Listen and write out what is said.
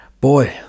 boy